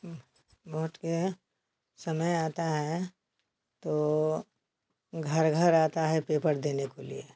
vote के समय आता है तो घर घर आता है पेपर देने के लिए